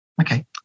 okay